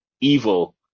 evil